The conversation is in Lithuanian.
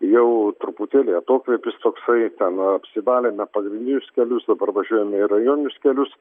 jau truputėlį atokvėpis toksai ten apsivalėme pagrindinius kelius dabar važiuojam į rajoninius kelius